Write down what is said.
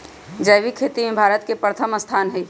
जैविक खेती में भारत के प्रथम स्थान हई